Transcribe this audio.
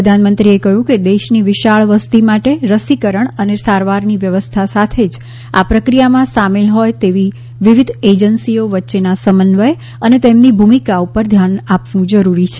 પ્રધાનમંત્રીએ કહ્યું કે દેશની વિશાળ વસતી માટે રસીકરણ અને સારવારની વ્યવસ્થા સાથે જ આ પ્રક્રિયામાં સામેલ હોય તેવી વિવિધ એજન્સીઓ વચ્ચેના સમન્વય અને તેમની ભૂમિકા ઉપર ધ્યાન આપવું જરૂરી છે